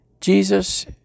Jesus